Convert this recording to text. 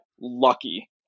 lucky